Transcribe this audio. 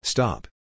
Stop